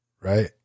Right